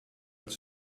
het